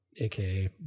AKA